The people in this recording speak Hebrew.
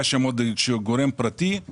היה שם עוד איזה גורם פרטי.